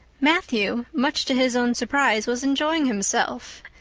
matthew, much to his own surprise, was enjoying himself.